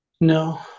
no